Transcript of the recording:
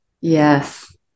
Yes